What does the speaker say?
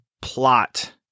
plot